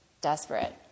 desperate